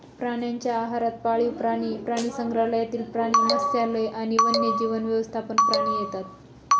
प्राण्यांच्या आहारात पाळीव प्राणी, प्राणीसंग्रहालयातील प्राणी, मत्स्यालय आणि वन्यजीव व्यवस्थापन प्राणी येतात